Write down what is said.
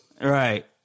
Right